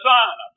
Son